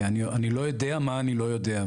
ואני לא יודע מה אני לא יודע,